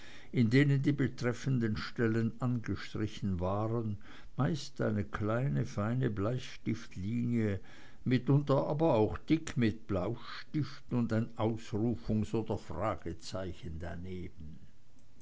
in denen die betreffenden stellen angestrichen waren meist eine kleine feine bleistiftlinie mitunter aber auch dick mit blaustift und ein ausrufungs oder fragezeichen daneben